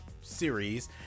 series